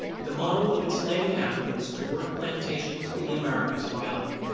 the model of enslaving africans to work plantations in the americas developed.